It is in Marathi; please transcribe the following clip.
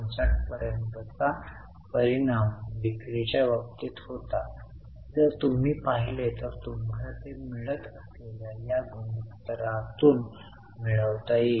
59 पर्यंतचाच परिणाम विक्रीच्या बाबतीत होता जर तुम्ही पाहिले तर तुम्हाला ते मिळत असलेल्या या गुणोत्तरातून मिळवता येईल